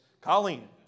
Colleen